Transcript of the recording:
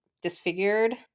disfigured